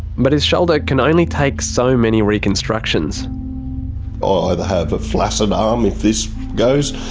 but his shoulder can only take so many reconstructions. i'll either have a flaccid arm if this goes,